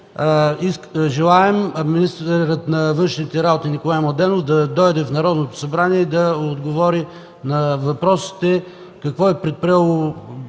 желаем министърът на външните работи Николай Младенов да дойде в Народното събрание и да отговори на въпросите: какво е предприело